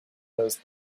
those